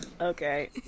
Okay